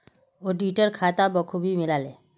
auditor खाता बखूबी मिला ले